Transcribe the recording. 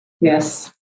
yes